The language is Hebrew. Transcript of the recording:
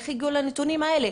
איך הגיעו לנתונים האלה?